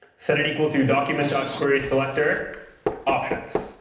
set it equal to document dot query selector options.